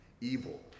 evil